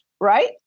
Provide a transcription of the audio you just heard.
right